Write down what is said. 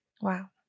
Wow